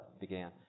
began